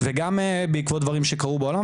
גם בעקבות דברים שקרו בעולם,